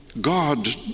God